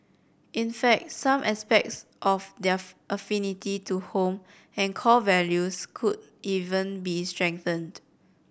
in fact some aspects of their affinity to home and core values could even be strengthened